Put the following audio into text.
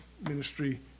ministry